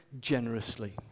generously